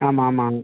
ஆமாம் ஆமாம்